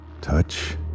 Touch